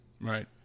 right